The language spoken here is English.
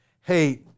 hey